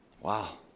Wow